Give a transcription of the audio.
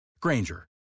Granger